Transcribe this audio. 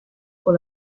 con